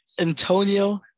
Antonio